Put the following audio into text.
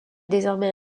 désormais